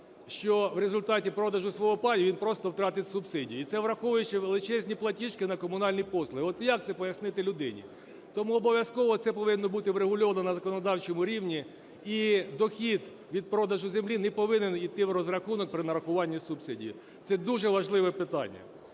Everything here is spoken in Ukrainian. що в результаті продажу свого паю він просто втратить субсидії. І це враховуючи величезні платіжки на комунальні послуги. От як це пояснити людині? Тому обов'язково це повинно бути врегульовано на законодавчому рівні і дохід від продажу землі не повинен йти в розрахунок при нарахуванні субсидій. Це дуже важливе питання.